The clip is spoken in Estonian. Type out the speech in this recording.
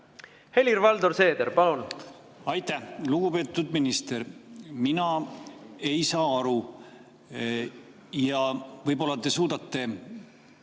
Helir-Valdor Seeder, palun! Aitäh! Lugupeetud minister! Mina ei saa aru. Võib-olla te suudate